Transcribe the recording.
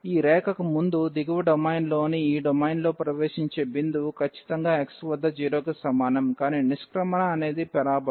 ఈ రేఖకి ముందు దిగువ డొమైన్లోని ఈ డొమైన్లో ప్రవేశించే భిందువు ఖచ్చితంగా x వద్ద 0 కి సమానం కానీ నిష్క్రమణ అనేది పరబోలా